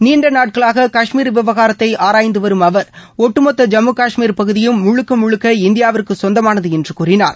நீண்ட நாட்களாக காஷ்மீர் விவகாரத்தை ஆராய்ந்து வரும் அவர் ஒட்டுமொத்த ஜம்மு காஷ்மீர் பகுதியும் முழுக்க முழுக்க இந்தியாவிற்கு சொந்தமானது என்று கூறினார்